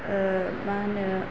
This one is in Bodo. मा होनो